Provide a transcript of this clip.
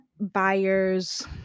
buyers